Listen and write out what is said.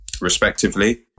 respectively